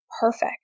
perfect